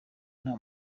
nta